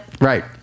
right